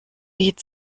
lied